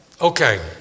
Okay